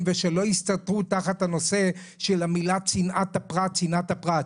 ושלא יסתתרו תחת הנושא של המילה "צנעת הפרט".